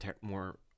more